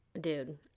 dude